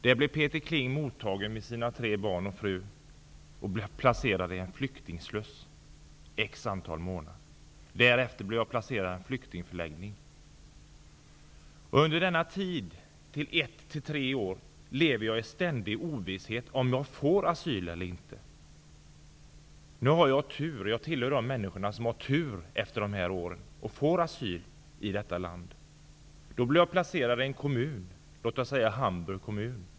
Där blir Peter Kling mottagen med sin fru och sina tre barn och placerad i en flyktingsluss ett antal månader, därefter i en flyktingförläggning. Under denna tid -- ett till tre år -- lever jag i ständig ovisshet, om jag får asyl eller inte. Nu har jag tur -- jag tillhör de människor som har tur -- efter de här åren och får asyl. Då blir jag placerad i en kommun, låt oss säga Hamburg.